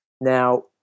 Now